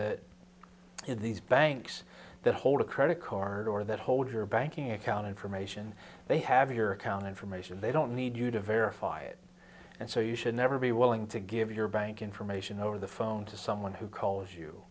that these banks that hold a credit card or that hold your banking account information they have your account information they don't need you to verify it and so you should never be willing to give your bank information over the phone to someone who calls you